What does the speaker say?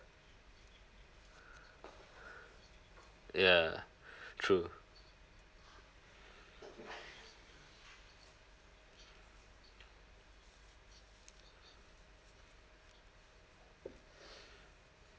ya true